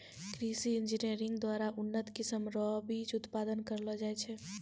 कृषि इंजीनियरिंग द्वारा उन्नत किस्म रो बीज उत्पादन करलो जाय छै